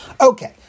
Okay